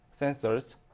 sensors